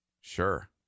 Sure